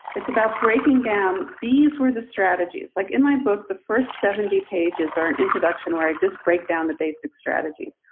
it's about breaking down. these were the strategies like in my book, the first seventy pages are an introduction where i just break down the basic strategies.